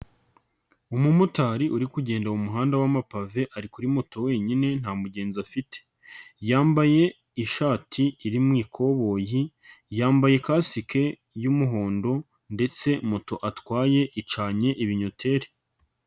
Umumotari uri kugenda mu muhanda w'amapave ari kuri mo muto wenyine nta mugenzi afite, yambaye ishati iri mu ikoboyi, yambaye kasike y'umuhondo ndetse moto atwaye icanye ibinyoteri.